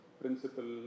principle